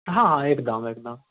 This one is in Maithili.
हँ हँ एकदम एकदम